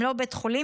הם לא בית חולים,